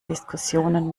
diskussionen